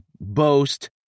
Boast